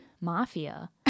Mafia